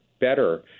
better